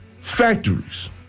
Factories